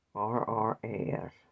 R-R-A-S